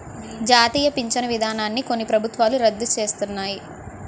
జాతీయ పించను విధానాన్ని కొన్ని ప్రభుత్వాలు రద్దు సేస్తన్నాయి